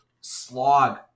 slog